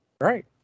Right